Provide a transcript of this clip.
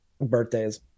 Birthdays